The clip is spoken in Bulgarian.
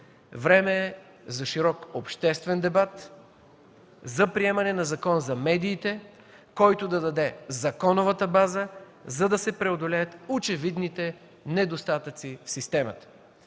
Време е за широк обществен дебат за приемане на Закон за медиите, който да даде законовата база, за да се преодолеят очевидните недостатъци в системата.